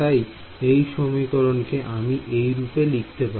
তাই এই সমীকরণ কে আমি এই রূপে লিখতে পারি